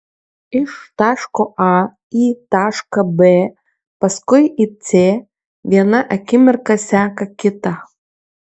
iš taško a į tašką b paskui į c viena akimirka seka kitą